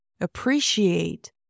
Appreciate